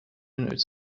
notes